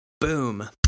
Boom